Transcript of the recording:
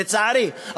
לצערי,